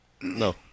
No